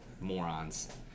morons